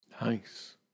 Nice